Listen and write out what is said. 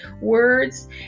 words